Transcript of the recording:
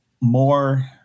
more